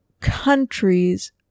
countries